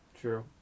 True